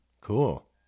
Cool